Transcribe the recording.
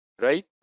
Right